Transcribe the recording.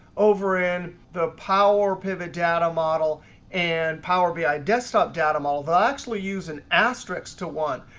over in the power pivot data model and power bi desktop data model, they'll actually use an asterisk to one.